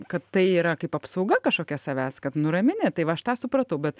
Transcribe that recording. kad tai yra kaip apsauga kažkokia savęs kad nuramini tai va aš tą supratau bet